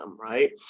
right